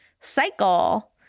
cycle